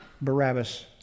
Barabbas